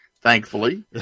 thankfully